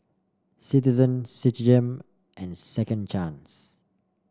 Citizen Citigem and Second Chance